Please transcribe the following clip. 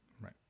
right